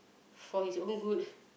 for his own good